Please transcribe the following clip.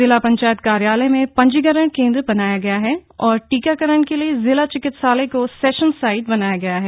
जिला पंचायत कार्यालय में पंजीकरण केन्द्र बनाया गया है और टीकाकरण के लिए जिला चिकित्सालय को सेशन साईट बनाया गया है